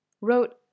wrote